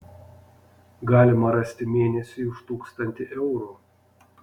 galima rasti mėnesiui už tūkstantį eurų